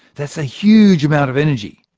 that's a huge amount of energy.